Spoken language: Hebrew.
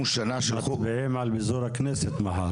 שנה --- מודיעים על פיזור הכנסת מחר,